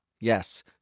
yes